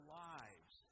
lives